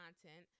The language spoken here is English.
content